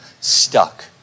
stuck